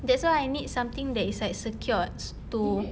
that's why I need something that is like secured to